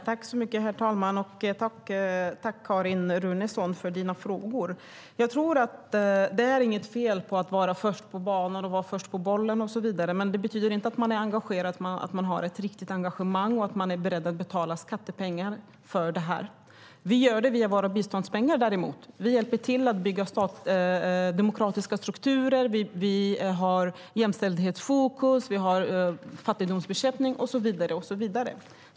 Herr talman! Tack, Carin Runeson, för dina frågor! Jag tror inte att det är fel att vara först på banan, först på bollen, men det betyder inte att man är engagerad, att man har ett riktigt engagemang och att man är beredd att betala skattepengar för det. Vi gör det däremot via våra biståndspengar. Vi hjälper till att bygga demokratiska strukturer, vi har jämställdhetsfokus, vi har fattigdomsbekämpning och så vidare.